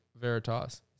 Veritas